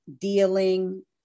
dealing